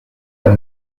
elle